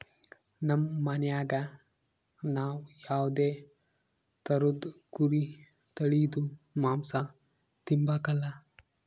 ನಮ್ ಮನ್ಯಾಗ ನಾವ್ ಯಾವ್ದೇ ತರುದ್ ಕುರಿ ತಳೀದು ಮಾಂಸ ತಿಂಬಕಲ